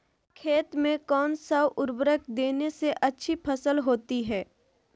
खेत में कौन सा उर्वरक देने से अच्छी फसल होती है?